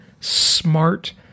smart